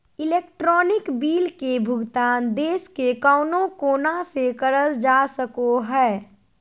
electronic bill के भुगतान देश के कउनो कोना से करल जा सको हय